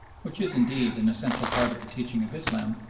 which is, indeed, an essential part of the teaching of islam,